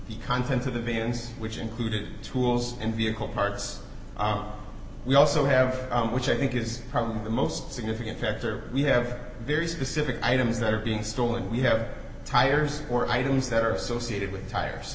the contents of the bins which included tools and vehicle parts we also have which i think is probably the most significant factor we have very specific items that are being stolen we have tires or items that are associated with tires